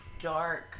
dark